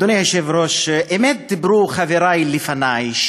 אדוני היושב-ראש, אמת דיברו חברי לפני.